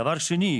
דבר שני,